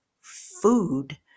food